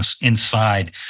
inside